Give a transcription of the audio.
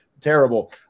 terrible